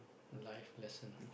a life lesson